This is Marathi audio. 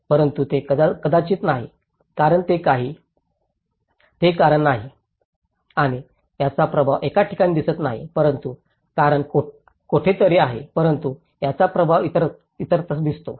परंतु हे कदाचित नाही कारण ते कारण नाही आणि त्याचा प्रभाव एका ठिकाणी दिसत नाही परंतु कारण कोठेतरी आहे परंतु त्याचा प्रभाव इतरत्रही दिसतो